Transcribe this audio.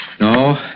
No